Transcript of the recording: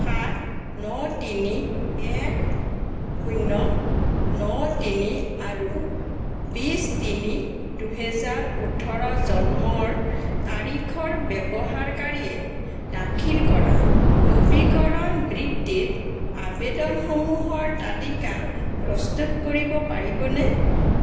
সাত ন তিনি এক শূন্য ন তিনি আৰু বিশ তিনি দুহেজাৰ ওঁঠৰ জন্মৰ তাৰিখৰ ব্যৱহাৰকাৰীয়ে দাখিল কৰা নৱীকৰণ বৃত্তিৰ আৱেদনসমূহৰ তালিকা প্ৰস্তুত কৰিব পাৰিবনে